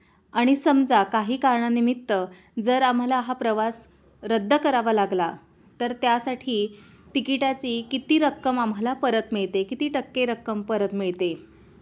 आणि समजा काही कारणानिमित्त जर आम्हाला हा प्रवास रद्द करावा लागला तर त्यासाठी तिकिटाची किती रक्कम आम्हाला परत मिळते किती टक्के रक्कम परत मिळते